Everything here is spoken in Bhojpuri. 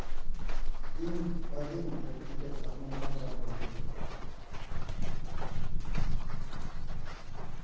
दिन ब दिन धरती के तापमान बढ़त जात बाटे